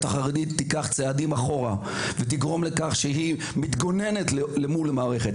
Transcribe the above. החרדית תיקח צעדים אחורה ותהפוך מתגוננת למול המערכת.